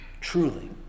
truly